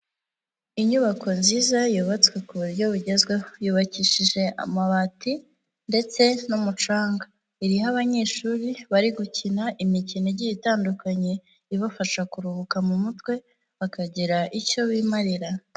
Inyubako nziza yubatswe ku buryo bugezweho, yubakishije amabati ndetse n'umucanga, iriho abanyeshuri bari gukina imikino igiye itandukanye, ibafasha kuruhuka mu mutwe, bakagira icyo bimarira.